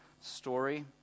story